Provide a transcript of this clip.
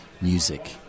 music